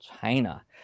China